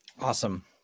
Awesome